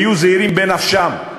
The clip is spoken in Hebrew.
היו זהירים בנפשם.